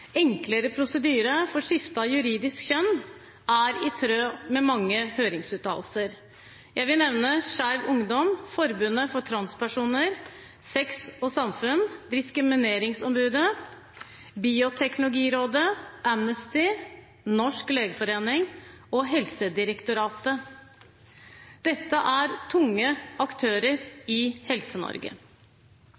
enklere prosedyre for skifte av juridisk kjønn, er i tråd med mange høringsuttalelser. Jeg vil nevne Skeiv Ungdom, Forbundet for transpersoner, Sex og samfunn, Diskrimineringsombudet, Bioteknologirådet, Amnesty, Den norske legeforening og Helsedirektoratet. Dette er tunge aktører